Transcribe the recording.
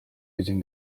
using